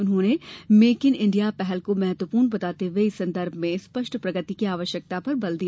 उन्होंने make in India पहल को महत्वपूर्ण बताते हुए इस संदर्भ में स्पष्ट प्रगति की आवश्यकता पर बल दिया